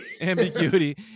ambiguity